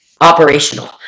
operational